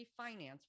refinance